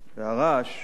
והרעש,